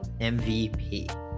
MVP